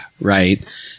Right